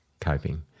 coping